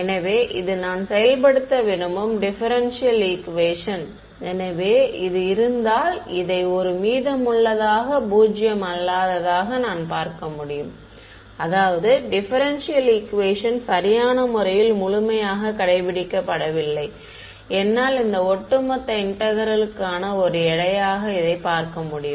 எனவே இது நான் செயல்படுத்த விரும்பும் டிப்பேரென்ஷியல் ஈக்குவேஷன் எனவே இது இருந்தால் இதை ஒரு மீதமுள்ளதாக பூஜ்ஜியம் அல்லாததாக நான் பார்க்க முடியும் அதாவது டிப்பேரென்ஷியல் ஈக்குவேஷன் சரியான முறையில் முழுமையாகக் கடைப்பிடிக்கப்படவில்லை என்னால் இந்த ஒட்டுமொத்த இன்டெக்ரேல்க்கான ஒரு எடையாக இதைப் பார்க்க முடியும்